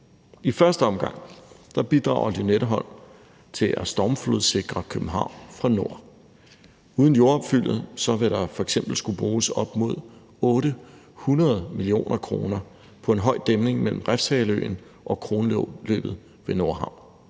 I første omgang bidrager Lynetteholm til at stormflodssikre København fra nord. Uden jordopfyldet vil der f.eks. skulle bruges op mod 800 mio. kr. på en høj dæmning mellem Refshaleøen og Kronløbet ved Nordhavn.